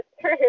true